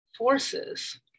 forces